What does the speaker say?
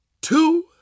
two